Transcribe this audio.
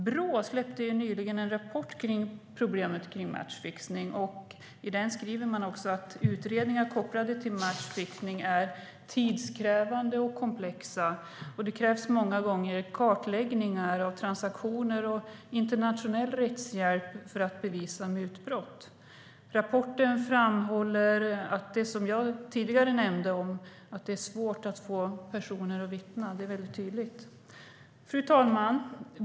Brå släppte nyligen en rapport kring problemet med matchfixning. I den skriver man att utredningar kopplade till matchfixning är tidskrävande och komplexa. Det krävs många gånger kartläggningar av transaktioner och internationell rättshjälp för att bevisa mutbrott. Rapporten framhåller det som jag tidigare nämnde, nämligen att det är svårt att få personer att vittna. Det är väldigt tydligt. Fru talman!